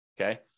Okay